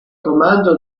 comando